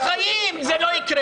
בחיים זה לא יקרה.